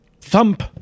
Thump